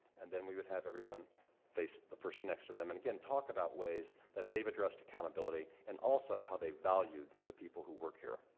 and then we would have everyone face the person next to them and, again, talk about ways that they've addressed accountability and also how they valued the people who work here.